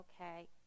Okay